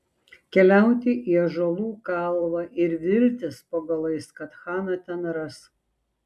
keliauti į ąžuolų kalvą ir viltis po galais kad haną ten ras